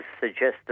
suggested